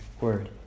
word